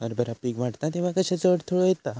हरभरा पीक वाढता तेव्हा कश्याचो अडथलो येता?